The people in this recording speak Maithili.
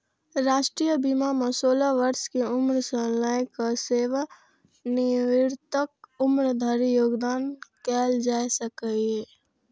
राष्ट्रीय बीमा मे सोलह वर्ष के उम्र सं लए कए सेवानिवृत्तिक उम्र धरि योगदान कैल जा सकैए